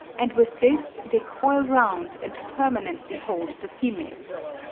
and with this they coil round and permanently hold the females.